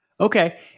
Okay